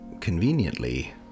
conveniently